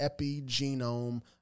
epigenome